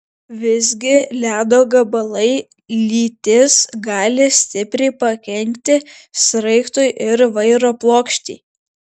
visgi ledo gabalai lytys gali stipriai pakenkti sraigtui ir vairo plokštei